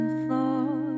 floor